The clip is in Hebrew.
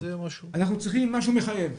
אנחנו צריכים משהו מחייב.